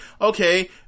okay